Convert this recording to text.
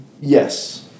Yes